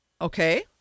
Okay